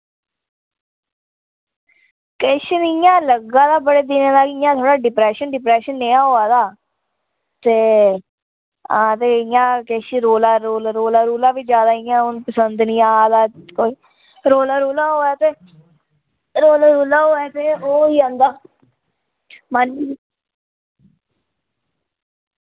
किश नी इ'य्यां लग्गा दा बड़े दिनें दा इ'य्यां थोह्ड़ा डिप्रेशन डिप्रेशन नेहा होआ दा ते हां ते इ'य्यां किश रौला रौला रौला बी ज्यादा इ'य्यां हू'न पसंद नी आ दा कोई रोला रुला होऐ ते रोला रुला होऐ ते ओह् होई जंदा